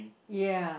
ya